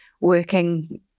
working